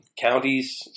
Counties